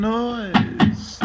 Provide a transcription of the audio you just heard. noise